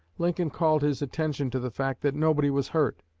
lincoln called his attention to the fact that nobody was hurt,